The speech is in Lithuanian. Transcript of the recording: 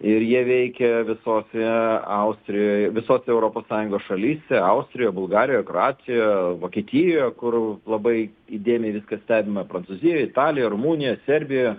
ir jie veikia visose austrijoj visose europos sąjungos šalyse austrijoj bulgarijoj kroatijoje vokietijoje kur labai įdėmiai viskas stebima prancūzijoj italijoj rumunijoj serbijoje